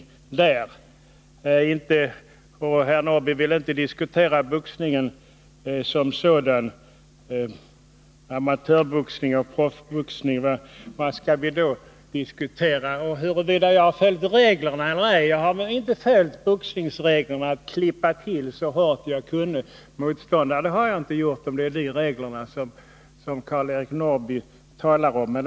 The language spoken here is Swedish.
Herr Norrby ville inte diskutera boxningen som sådan, varken amatörboxningen eller proffsboxningen. Vad skall vi då diskutera? I frågan om huruvida jag följt reglerna eller ej vill jag säga, att jag inte har följt regeln att klippa till motståndaren så hårt som jag kunnat — om det är boxningsreglerna som herr Norrby talar om.